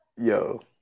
Yo